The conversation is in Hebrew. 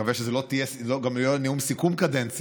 אני מקווה שזה לא יהיה גם נאום סיכום קדנציה,